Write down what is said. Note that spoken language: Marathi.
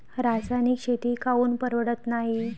रासायनिक शेती काऊन परवडत नाई?